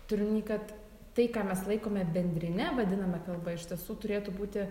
turiu omeny kad tai ką mes laikome bendrine vadinama kalba iš tiesų turėtų būti